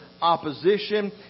opposition